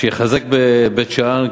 יחזק בבית-שאן,